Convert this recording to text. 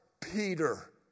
Peter